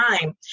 time